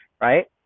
right